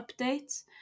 updates